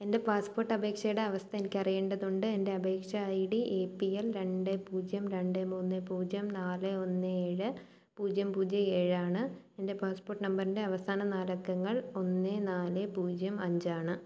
എൻ്റെ പാസ്പോർട്ട് അപേക്ഷയുടെ അവസ്ഥ എനിക്ക് അറിയേണ്ടതുണ്ട് എൻ്റെ അപേക്ഷ I D A P L രണ്ട് പൂജ്യം രണ്ട് മൂന്ന് പൂജ്യം നാല് ഒന്ന് ഏഴ് പൂജ്യം പൂജ്യം ഏഴാണ് എൻ്റെ പാസ്പോർട്ട് നമ്പറിൻ്റെ അവസാന നാല് അക്കങ്ങൾ ഒന്ന് നാല് പൂജ്യം അഞ്ച് ആണ്